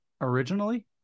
originally